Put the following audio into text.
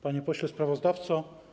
Panie Pośle Sprawozdawco!